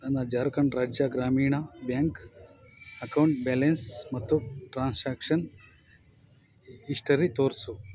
ನನ್ನ ಜಾರ್ಖಂಡ್ ರಾಜ್ಯ ಗ್ರಾಮೀಣ ಬ್ಯಾಂಕ್ ಅಕೌಂಟ್ ಬ್ಯಾಲೆನ್ಸ್ ಮತ್ತು ಟ್ರಾನ್ಶಾಕ್ಷನ್ ಇಸ್ಟರಿ ತೋರಿಸು